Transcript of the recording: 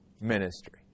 ministry